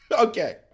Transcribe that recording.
Okay